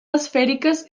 esfèriques